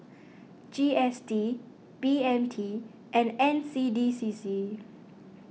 G S T B M T and N C D C C